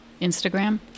Instagram